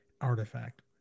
artifact